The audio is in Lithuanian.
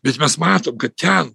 bet mes matom kad ten